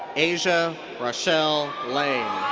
aysia rachelle lane.